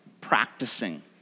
practicing